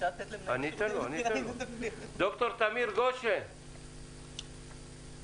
דוקטור תמיר גשן, בבקשה.